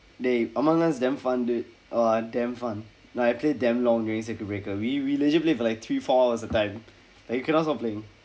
dey among us damn fun dude !wah! damn fun like I play damn long during circuit breaker we we legit play for like three four hours a time like you cannot stop playing